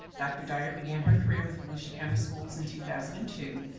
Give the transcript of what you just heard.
dr. dyer began her career with volusia county schools in two thousand and two.